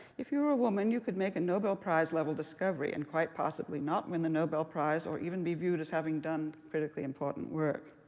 if you were a woman, you could make a nobel prize-level discovery and quite possibly not win the nobel prize, or even be viewed as having done critically important work.